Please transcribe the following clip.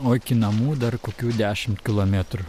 o iki namų dar kokių dešimt kilometrų